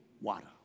water